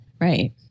right